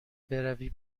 بروی